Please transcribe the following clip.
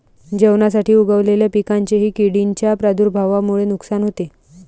जेवणासाठी उगवलेल्या पिकांचेही किडींच्या प्रादुर्भावामुळे नुकसान होते